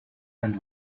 and